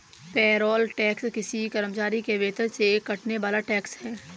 payroll tax किसी कर्मचारी के वेतन से कटने वाला टैक्स है